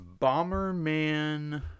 Bomberman